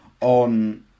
on